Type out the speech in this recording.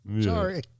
Sorry